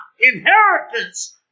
inheritance